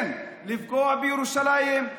כן לפגוע בירושלים,